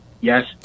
Yes